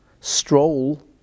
stroll